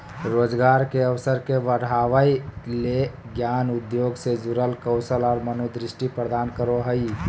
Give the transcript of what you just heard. रोजगार के अवसर के बढ़ावय ले ज्ञान उद्योग से जुड़ल कौशल और मनोदृष्टि प्रदान करो हइ